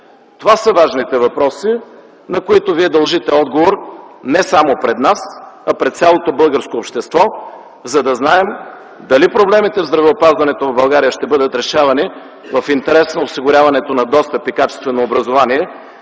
Това са важните въпроси, на които Вие дължите отговор не само пред нас, а пред цялото българско общество, за да знаем дали проблемите на здравеопазването в България ще бъдат решавани в интерес на осигуряването на достъп и качествено образование